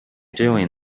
doing